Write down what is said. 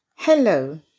hello